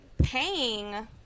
paying